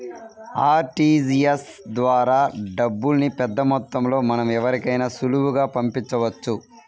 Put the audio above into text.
RTGS ద్వారా డబ్బుల్ని పెద్దమొత్తంలో మనం ఎవరికైనా సులువుగా పంపించవచ్చు